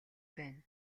байна